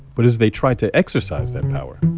but as they tried to exercise that power,